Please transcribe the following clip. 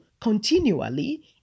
continually